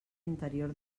interior